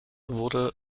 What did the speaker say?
wurde